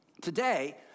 today